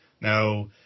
Now